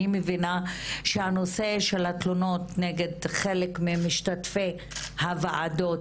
אני מבינה שהנושא של התלונות נגד חלק ממשתתפי הוועדות,